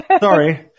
Sorry